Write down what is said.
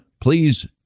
please